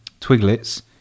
Twiglets